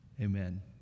amen